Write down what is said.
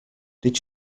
did